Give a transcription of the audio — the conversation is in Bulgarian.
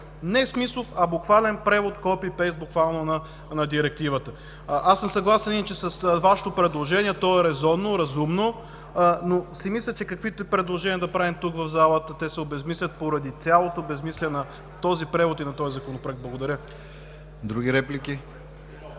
Не смислов, а буквален превод copy paste буквално на Директивата. Съгласен съм с Вашето предложение – то е резонно, разумно, но си мисля, че каквито и предложения да правим в залата, те се обезсмислят поради цялото безсмислие на този превод и на този Законопроект. Благодаря. ПРЕДСЕДАТЕЛ